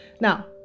Now